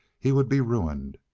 he would be ruined.